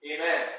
Amen